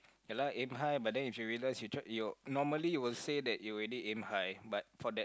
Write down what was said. ya lah aim high but then if you realise you try you normally you will say that you already aim high but for that